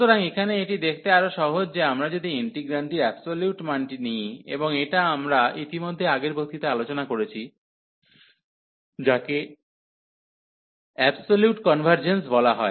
সুতরাং এখানে এটি দেখতে আরও সহজ যে আমরা যদি ইন্টিগ্রান্ডটির অ্যাবসোলিউট মানটি নিই এবং এটা আমরা ইতিমধ্যেই আগের বক্তৃতায় আলোচনা করেছি যাকে অ্যাবসোলিউট কনভার্জেন্স বলা হয়